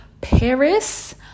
Paris